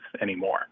anymore